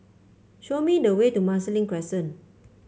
show me the way to Marsiling Crescent